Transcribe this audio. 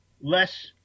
less